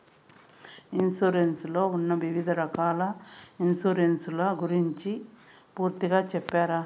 Insurance లో ఉన్న వివిధ రకాల ఇన్సూరెన్సు ల గురించి పూర్తిగా సెప్తారా?